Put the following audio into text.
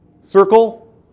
Circle